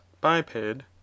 biped